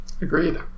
Agreed